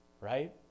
Right